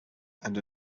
and